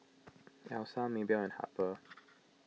Elsa Maebell and Harper